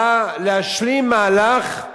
בא להשלים מהלך,